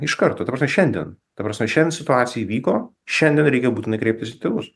iš karto ta prasme šiandien ta prasme šiandien situacija įvyko šiandien reikia būtinai kreiptis į tėvus